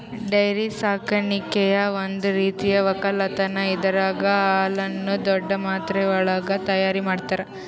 dairy ಸಾಕಾಣಿಕೆಯು ಒಂದ್ ರೀತಿಯ ಒಕ್ಕಲತನ್ ಇದರಾಗ್ ಹಾಲುನ್ನು ದೊಡ್ಡ್ ಮಾತ್ರೆವಳಗ್ ತೈಯಾರ್ ಮಾಡ್ತರ